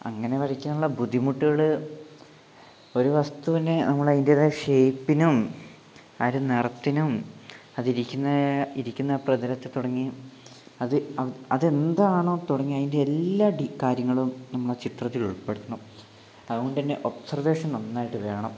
അങ്ങനെ വരക്കാനുള്ള ബുദ്ധിമുട്ടുകള് ഒരു വസ്തുവിനെ നമ്മൾ അതിൻ്റെതായ ഷേപ്പിനും ആ ഒരു നിറത്തിനും അത് ഇരിക്കുന്ന ഇരിക്കുന്ന പ്രതലത്തെ തുടങ്ങി അത് അത് എന്താണോ തുടങ്ങി അതിൻ്റെ എല്ലാ ഡി കാര്യങ്ങളും നമ്മൾ ചിത്രത്തില് ഉൾപ്പെടുത്തണം അതുകൊണ്ട് തന്നെ ഒബ്സർവേഷൻ നന്നായിട്ട് വേണം